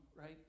right